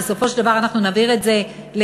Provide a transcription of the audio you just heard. בסופו של דבר נעביר את זה לוועדה,